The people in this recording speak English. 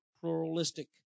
pluralistic